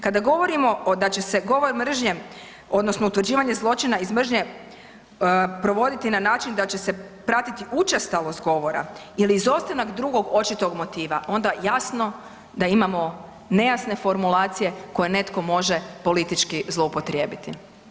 Kada govorimo da će se govor mržnje odnosno utvrđivanje zločina iz mržnje provoditi na način da će se pratiti učestalost govora ili izostanak drugog očitog motiva onda jasno da imamo nejasne formulacije koje netko može politički zloupotrijebiti.